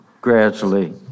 gradually